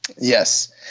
Yes